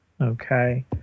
Okay